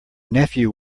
nephew